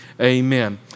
Amen